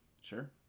Sure